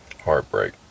Heartbreak